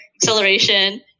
acceleration